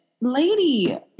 lady